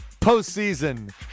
postseason